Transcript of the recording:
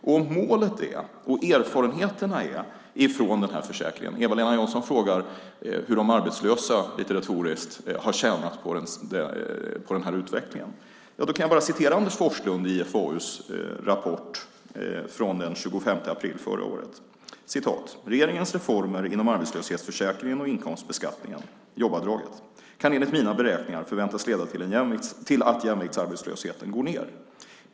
Eva-Lena Jansson frågar, lite retoriskt, hur de arbetslösa har tjänat på den här utvecklingen. Ja, då kan jag bara citera Anders Forslund i IFAU:s rapport från den 25 april förra året: "Regeringens reformer inom arbetslöshetsförsäkringen och inkomstbeskattningen kan enligt mina beräkningar förväntas leda till att jämviktsarbetslösheten går ner.